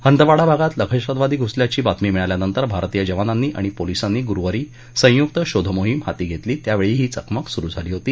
हंदवाडा भागात दहशतवादी घुसल्याची गुप्त बातमी मिळाल्यानंतर भारतीय जवानांनी आणि पोलीसांनी गुरुवारी संयुक्त शोधमोहीम हाती घस्तिी त्यावर्षी ही चकमक सुरु झाली होती